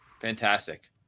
Fantastic